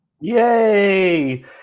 Yay